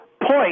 point